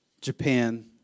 Japan